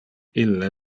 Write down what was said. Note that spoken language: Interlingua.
ille